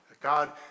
God